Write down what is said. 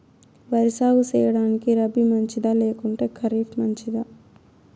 వరి సాగు సేయడానికి రబి మంచిదా లేకుంటే ఖరీఫ్ మంచిదా